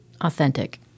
Authentic